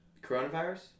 coronavirus